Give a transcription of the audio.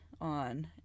on